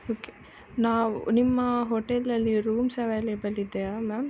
okay ನಾವು ನಿಮ್ಮ ಹೋಟೆಲಲ್ಲಿ ರೂಮ್ಸ್ ಅವೈಲೇಬಲ್ ಇದೆಯಾ ಮ್ಯಾಮ್